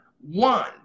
One